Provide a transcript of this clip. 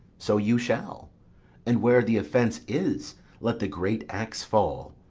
so you shall and where the offence is let the great axe fall.